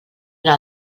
una